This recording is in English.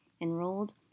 enrolled